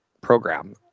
program